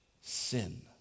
sin